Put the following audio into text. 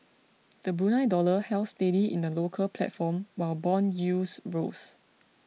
the Brunei dollar held steady in the local platform while bond yields rose